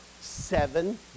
seven